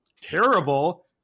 terrible